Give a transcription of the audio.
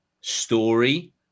story